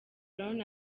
brown